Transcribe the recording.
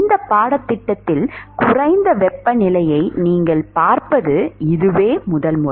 இந்த பாடத்திட்டத்தில் குறைந்த வெப்பநிலையை நீங்கள் பார்ப்பது இதுவே முதல் முறை